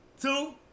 two